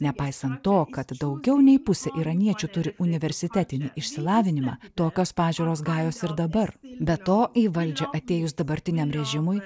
nepaisant to kad daugiau nei pusė iraniečių turi universitetinį išsilavinimą tokios pažiūros gajos ir dabar be to į valdžią atėjus dabartiniam režimui